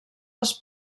els